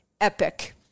Epic